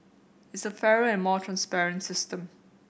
it's a fairer and more transparent system